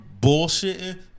bullshitting